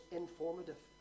informative